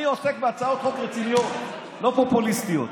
אני עוסק בהצעות חוק רציניות, לא פופוליסטיות.